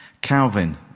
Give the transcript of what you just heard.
Calvin